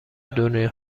دنیا